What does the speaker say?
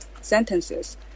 sentences